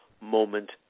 moment